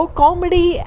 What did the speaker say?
comedy